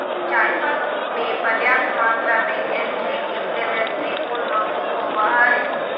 जायफल मे प्रयाप्त मात्रा में एंटी इंफ्लेमेट्री गुण मौजूद होवई हई